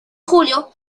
julio